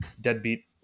deadbeat